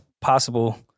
possible